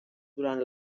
durant